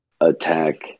attack